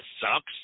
sucks